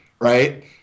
right